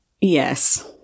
yes